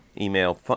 email